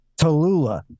tallulah